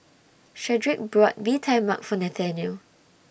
Shedrick brought Bee Tai Mak For Nathaniel